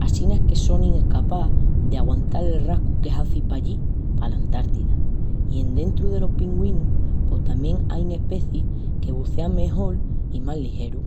Assina es que sonin escapás d'aguantal el rascu que hazi pallí pala Antártida. I endrentu delos pingüinus pos tamién ain especis que bucean mejol i más ligerus.